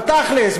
בתכל'ס,